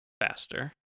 faster